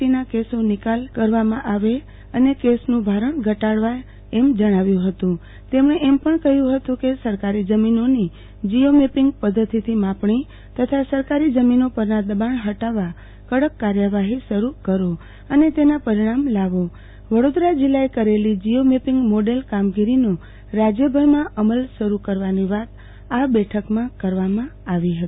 ટીના કેસો નિકાલ લાવો અને આવા કેશોનું ભારણ ઘટાડો એમ જણાવ્યુ હતું તેમણે એમ પણ કહ્યુ હતું કે સરકારી જમીનોની જીયોમેપીંગ પધ્ધતિથી માપણી તથા સરકારી જમીનો પરના દબાણ હટાવવા કડક કાર્યવાહી શરૂ કરો અને તેના પરિણામ લાવો વડોદરા જિલ્લાએ કરેલી જીયોમેપીંગ મોડલ કામગીરીનો રાજયભરમાં અમલ શરૂ કરવાની વાત આ બેઠકમાં કરવામાં આવી હતી